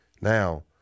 Now